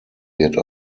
wird